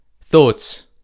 thoughts